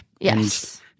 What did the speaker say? Yes